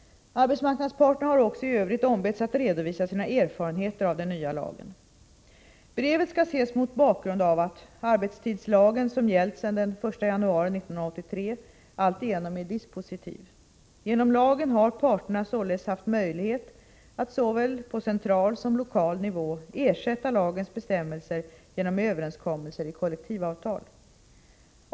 Arbetsmarknadsparterna har också i övrigt ombetts att redovisa sina erfarenheter av den nya lagen. Brevet skall ses mot bakgrund av att arbetstidslagen, som gällt sedan den 1 januari 1983, alltigenom är dispositiv. Genom lagen har parterna således haft möjlighet att såväl på central som lokal nivå ersätta lagens bestämmelser genom överenskommelser i kollektivavtal.